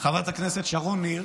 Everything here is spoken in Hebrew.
חברת הכנסת שרון ניר,